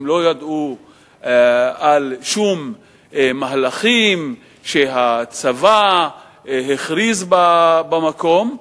הם לא ידעו על שום מהלכים שהצבא הכריז במקום.